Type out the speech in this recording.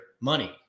money